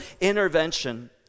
intervention